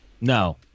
No